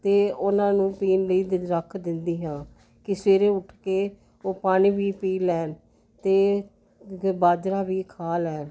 ਅਤੇ ਉਹਨਾਂ ਨੂੰ ਪੀਣ ਲਈ ਰੱਖ ਦਿੰਦੀ ਹਾਂ ਕਿ ਸਵੇਰੇ ਉੱਠ ਕੇ ਉਹ ਪਾਣੀ ਵੀ ਪੀ ਲੈਣ ਅਤੇ ਬਾਜਰਾ ਵੀ ਖਾ ਲੈਣ